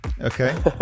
Okay